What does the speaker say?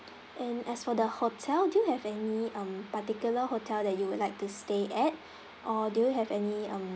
and as for the hotel do you have any um particular hotel that you would like to stay at or do you have any um